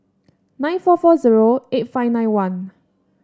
nine four four zero eight five nine one